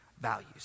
values